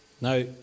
Now